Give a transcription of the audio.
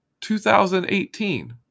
2018